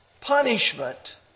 punishment